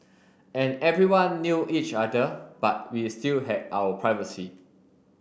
and everyone knew each other but we still had our privacy